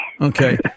Okay